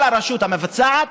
על הרשות המבצעת,